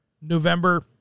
November